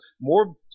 more